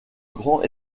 grand